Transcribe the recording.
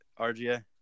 RGA